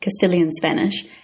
Castilian-Spanish